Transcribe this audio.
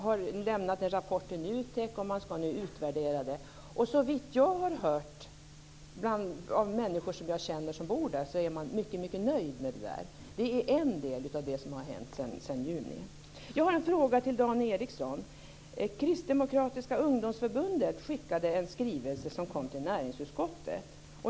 En rapport har lämnats till NUTEK, och den skall nu utvärderas. Såvitt jag har hört av människor som jag känner vilka bor där är de mycket nöjda. Det är en del av det som har hänt sedan juni. Jag har en fråga till Dan Ericsson. Kristdemokratiska ungdomsförbundet skickade en skrivelse som kom till näringsutskottet.